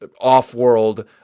off-world